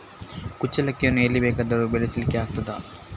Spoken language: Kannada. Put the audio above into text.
ಕುಚ್ಚಲಕ್ಕಿಯನ್ನು ಎಲ್ಲಿ ಬೇಕಾದರೂ ಬೆಳೆಸ್ಲಿಕ್ಕೆ ಆಗ್ತದ?